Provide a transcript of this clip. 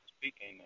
Speaking